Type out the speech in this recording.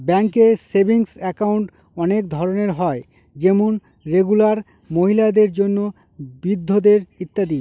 ব্যাঙ্কে savings account অনেক ধরনের হয় যেমন রেগুলার, মহিলাদের জন্য, বৃদ্ধদের ইত্যাদি